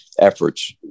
efforts